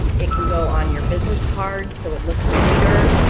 um it can go on your business card so it looks neater,